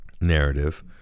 narrative